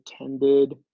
attended